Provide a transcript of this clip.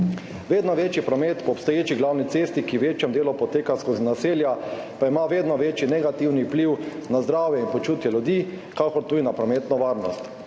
Vedno večji promet po obstoječi glavni cesti, ki v večjem delu poteka skozi naselja, pa ima vedno večji negativen vpliv na zdravje in počutje ljudi ter tudi na prometno varnost.